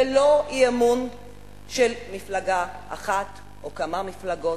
זה לא אי-אמון של מפלגה אחת או של כמה מפלגות.